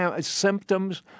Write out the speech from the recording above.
symptoms